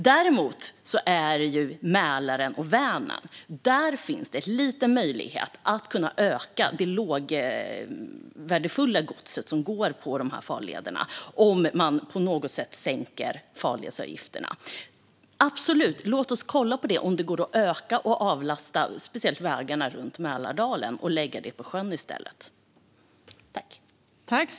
Däremot finns det i Mälaren och Vänern en liten möjlighet att öka det lågvärdiga godset på farlederna om man på något sätt sänker farledsavgifterna. Låt oss kolla på om det går att öka transporterna på sjön och avlasta vägarna, speciellt i Mälardalen!